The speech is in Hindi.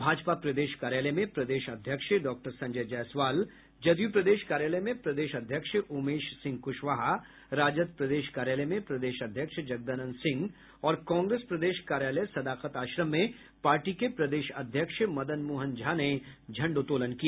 भाजपा प्रदेश कार्यालय में प्रदेश अध्यक्ष डॉक्टर संजय जयसवाल जदयू प्रदेश कार्यालय में प्रदेश अध्यक्ष उमेश सिंह कुशवाहा राजद प्रदेश कार्यालय में प्रदेश अध्यक्ष जगदानंद सिंह और कांग्रेस प्रदेश कार्यालय सदाकत आश्रम में पार्टी के प्रदेश अध्यक्ष मदन मोहन झा ने झंडोत्तोलन किया